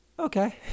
Okay